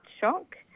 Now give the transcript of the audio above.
shock